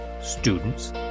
students